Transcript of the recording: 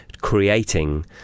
creating